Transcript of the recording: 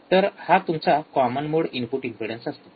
तर हा तुमचा कॉमन मोड इनपुट इम्पेडन्स असतो